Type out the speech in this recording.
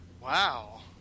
Wow